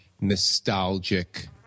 nostalgic